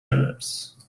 others